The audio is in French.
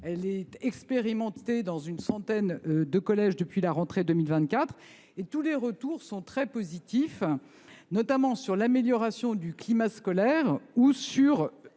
elle est expérimentée dans une centaine de collèges depuis la rentrée de 2024, et tous les retours sont très positifs. On observe notamment une amélioration du climat scolaire et le